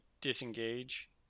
disengage